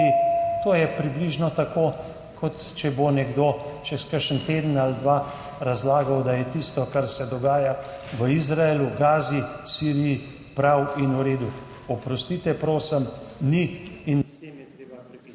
to je približno tako, kot če bo nekdo čez kakšen teden ali dva razlagal, da je tisto, kar se dogaja v Izraelu, Gazi, Siriji, prav in v redu. Oprostite, prosim, ni in s tem je treba prekiniti